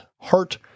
heart